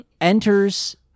enters